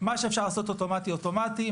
שמה שאפשר לעשות באופן אוטומטי אוטומטי,